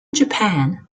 japan